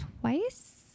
twice